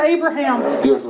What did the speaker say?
Abraham